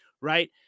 right